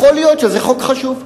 שזה חוק חשוב,